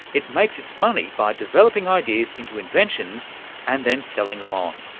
it makes its money by developing ideas into inventions and then selling them on.